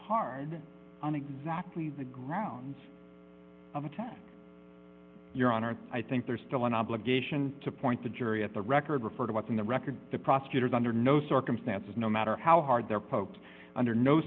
hard on exactly the grounds of attack your honor i think there's still an obligation to point the jury at the record refer to what's in the record the prosecutor's under no circumstances no matter how hard they're poked under no